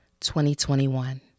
2021